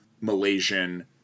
Malaysian